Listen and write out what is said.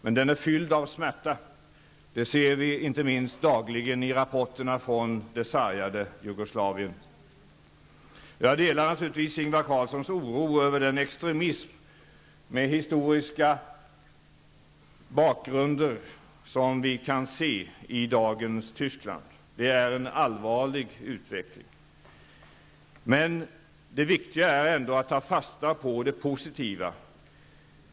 Men den är fylld av smärta. Det ser vi inte minst dagligen i rapporterna från det sargade Jugoslavien. Jag delar naturligtvis Ingvar Carlssons oro över den extremism med historisk bakgrund som vi kan se i dagens Tyskland. Det är en allvarlig utveckling. Men det viktiga är ändå att ta fasta på det positiva.